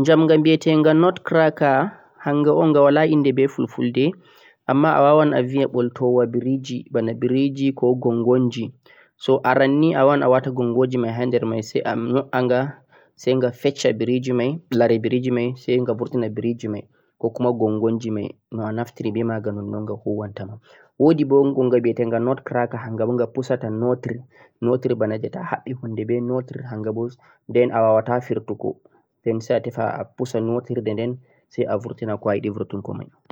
jamgha bhitegha nut cracker hangha on gha wala inde beh fulfulde amma a wawan a bhiya boltowa biriji bana biriji ko gongoji aran ni a wawan a wata gongonji mai ha der mai sai a nyo'a gha sai a feccha lare biriji sai gha vurtina biriji mai ko gongoji mai no'a naftiri beh magha nonon gha huwanta ma wodi boh gongha bhitegha nut cracker hangha boh gha pusata notir notir bana jeh to'a habbi kuje beh notir a wawata firtogo den sai tefe a pusa notirde den sai a vurtina ko'a yidi vurtungo mai